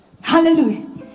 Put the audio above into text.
Hallelujah